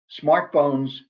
smartphones